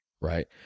right